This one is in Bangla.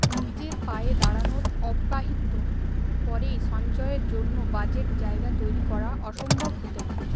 নিজের পায়ে দাঁড়ানোর অব্যাহিত পরেই সঞ্চয়ের জন্য বাজেট জায়গা তৈরি করা অসম্ভভ হতে পারে